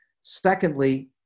Secondly